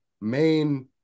main